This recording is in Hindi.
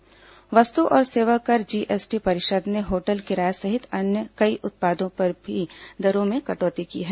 जीएसटी परिषद बैठक वस्तु और सेवा कर जीएसटी परिषद ने होटल किराये सहित कई उत्पादों पर कर दरों में कटौती की है